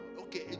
okay